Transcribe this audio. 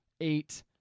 eight